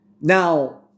Now